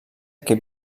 que